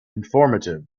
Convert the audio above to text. informative